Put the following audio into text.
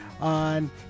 on